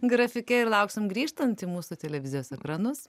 grafike ir lauksim grįžtant į mūsų televizijos ekranus